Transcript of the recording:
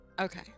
Okay